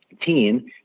team